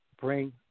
bring